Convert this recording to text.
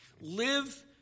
Live